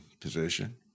position